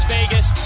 Vegas